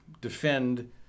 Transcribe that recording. defend